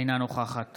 אינה נוכחת